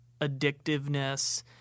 addictiveness